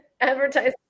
advertising